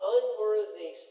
unworthy